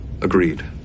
Agreed